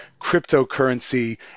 cryptocurrency